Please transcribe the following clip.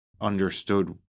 understood